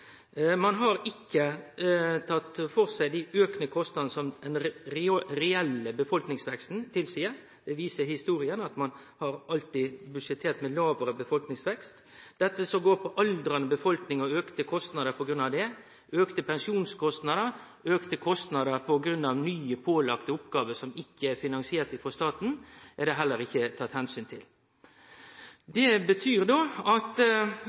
Ein har ikkje tatt for seg dei auka kostnadene som den reelle befolkningsveksten tilseier. Historia viser at ein alltid har budsjettert med lågare befolkningsvekst. Det som går på aldrande befolkning og auka kostnader på grunn av det, auka pensjonskostnader og auka kostnader på grunn av nye pålagde oppgåver som ikke er finansierte frå staten, er det heller ikkje tatt omsyn til. Det betyr at